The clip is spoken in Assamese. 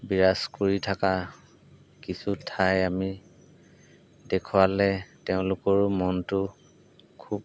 বিৰাজ কৰি থকা কিছু ঠাই আমি দেখুৱালৈ তেওঁলোকৰো মনটো খুব